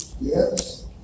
Yes